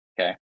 okay